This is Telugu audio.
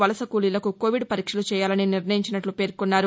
వలస కూలీలలకు కొవిడ్ పరీక్షలు చేయాలని నిర్ణయించినట్లు పేర్కొన్నారు